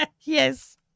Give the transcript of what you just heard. Yes